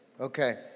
Okay